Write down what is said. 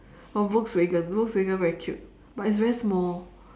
or volkswagen volkswagen very cute but it's very small